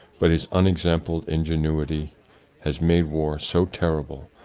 but his un exampled ingenuity has made war so terrible,